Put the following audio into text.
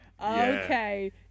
Okay